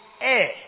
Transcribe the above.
air